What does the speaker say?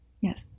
Yes